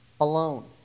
alone